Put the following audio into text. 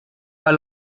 war